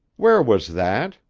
where was that?